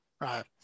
Right